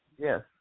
yes